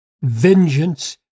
vengeance